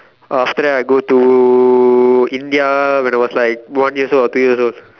after that I go to India when I was like one year old or two years old